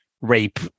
Rape